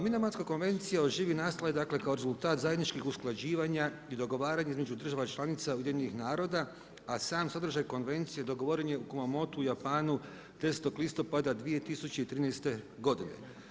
Minamatska konvencija o živi nastala je dakle kao rezultat zajedničkih usklađivanja i dogovaranja između država članica UN-a a sam sadržaj Konvencije dogovoren je u Kumamotu, u Japanu, 10. listopada 2013. godine.